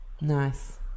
Nice